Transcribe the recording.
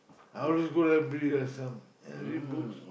I always go library like some and read books